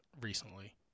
recently